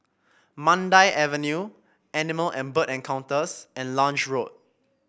Mandai Avenue Animal and Bird Encounters and Lange Road